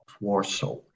Warsaw